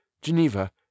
Geneva